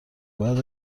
بعد